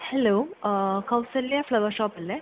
hello Kausalya flower ഷോപ്പല്ലേ